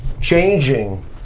changing